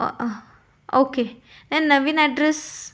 okay नवीन address